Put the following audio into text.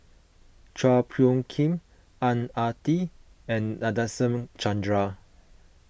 Chua Phung Kim Ang Ah Tee and Nadasen Chandra